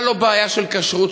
בכלל לא בעיה של כשרות.